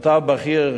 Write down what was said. כתב בכיר,